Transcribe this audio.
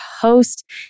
host